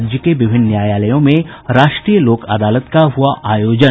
राज्य के विभिन्न न्यायालयों में राष्ट्रीय लोक अदालत का हुआ आयोजन